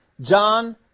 John